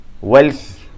wealth